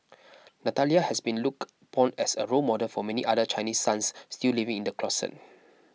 Natalia has been looked upon as a role model for many other Chinese sons still living in the closet